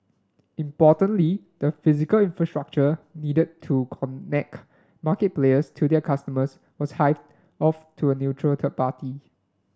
importantly the physical infrastructure needed to connect market players to their customers was hived off to a neutral third party